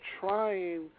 trying